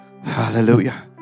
Hallelujah